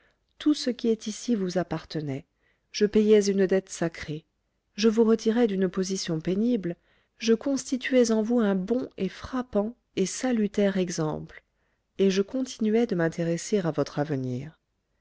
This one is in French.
tout ce qui est ici vous appartenait je payais une dette sacrée je vous retirais d'une position pénible je constituais en vous un bon et frappant et salutaire exemple et je continuais de m'intéresser à votre avenir